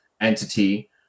entity